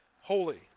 holy